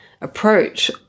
approach